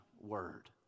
word